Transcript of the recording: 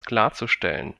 klarzustellen